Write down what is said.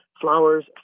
Flowers